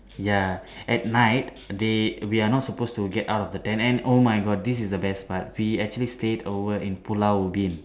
ya at night they we are not supposed to get out of the tent and oh my god this is the best part we actually stayed over in Pulau-Ubin